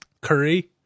curry